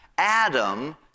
Adam